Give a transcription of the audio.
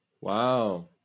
Wow